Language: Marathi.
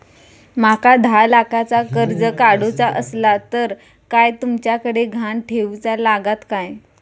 माका दहा लाखाचा कर्ज काढूचा असला तर काय तुमच्याकडे ग्हाण ठेवूचा लागात काय?